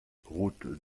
route